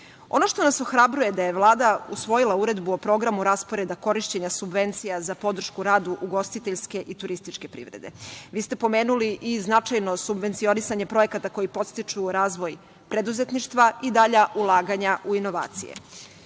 što nas ohrabruje je da je Vlada usvojila Uredbu o programu rasporeda korišćenja subvencija za podršku radu ugostiteljske i turističke privrede. Vi ste pomenuli i značajno subvencionisanje projekta koji podstiču razvoj preduzetništva i dalja ulaganja u inovacije. Upoznali